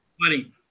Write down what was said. money